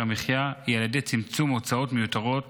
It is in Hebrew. המחיה היא על ידי צמצום הוצאות מיותרות